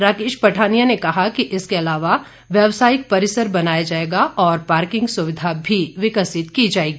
राकेश पठानिया ने कहा कि इसके अलावा व्यवसायिक परिसर बनाया जाएगा और पार्किंग स्विधा भी विकसित की जाएगी